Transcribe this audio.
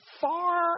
far